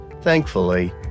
thankfully